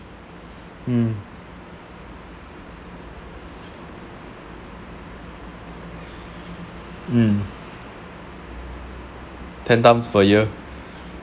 um ten time per year